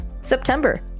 September